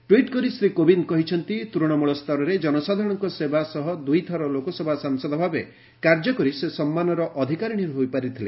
tweet କରି ଶ୍ରୀ କୋବିନ୍ଦ୍ କହିଛନ୍ତି ତୂଣମୂଳ ସ୍ତରରେ ଜନସାଧାରଣଙ୍କ ସେବା ସହ ଦୁଇ ଥର ଲୋକସଭା ସାଂସଦ ଭାବେ କାର୍ଯ୍ୟ କରି ସେ ସମ୍ମାନର ଅଧିକାରିଣୀ ହୋଇପାରିଥିଲେ